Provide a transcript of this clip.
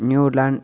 Newland